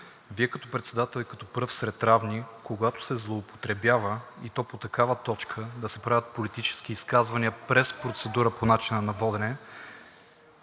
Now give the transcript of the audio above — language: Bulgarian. Вие като председател и като пръв сред равни, когато се злоупотребява, и то по такава точка да се правят политически изказвания през процедура по начина на водене,